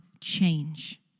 change